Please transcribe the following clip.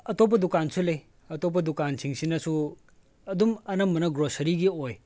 ꯑꯇꯣꯞꯄ ꯗꯨꯀꯥꯟꯁꯨ ꯂꯩ ꯑꯇꯣꯞꯄ ꯗꯨꯀꯥꯟꯁꯤꯡꯁꯤꯅꯁꯨ ꯑꯗꯨꯝ ꯑꯅꯝꯕꯅ ꯒ꯭ꯔꯣꯁꯔꯤꯒꯤ ꯑꯣꯏ